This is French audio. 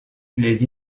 les